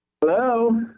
Hello